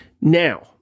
Now